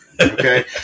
okay